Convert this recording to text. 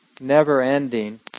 never-ending